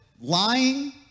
lying